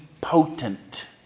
potent